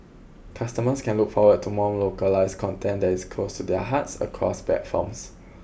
customers can look forward to more localised content that is close to their hearts across platforms